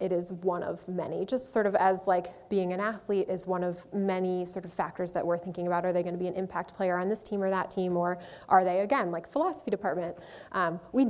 it is one of many just sort of as like being an athlete is one of many sort of factors that we're thinking about are they going to be an impact player on this team or that team or are they again like philosophy department